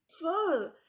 full